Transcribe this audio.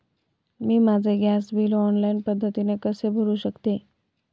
मी माझे gas bill online पद्धतीने कसे भरु शकते?